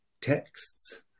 texts